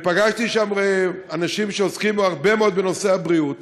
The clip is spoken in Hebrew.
פגשתי שם אנשים שעוסקים הרבה מאוד בנושא הבריאות,